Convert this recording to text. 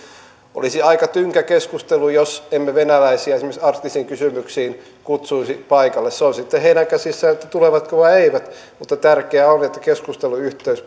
olisi aika tynkä keskustelu jos emme venäläisiä esimerkiksi arktisiin kysymyksiin kutsuisi paikalle se on sitten heidän käsissään tulevatko vai eivät mutta tärkeää on että keskusteluyhteys